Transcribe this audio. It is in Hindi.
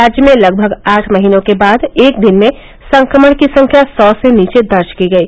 राज्य में लगभग आठ महीनों के बाद एक दिन में संक्रमण की संख्या सौ से नीचे दर्ज की गयी